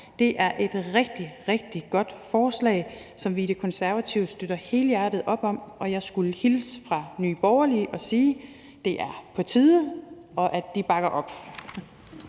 Det er et rigtig, rigtig godt forslag, som vi i De Konservative støtter helhjertet op om, og jeg skal hilse fra Nye Borgerlige og sige, at det er på tide, og at de bakker op.